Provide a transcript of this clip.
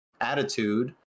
attitude